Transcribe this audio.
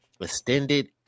extended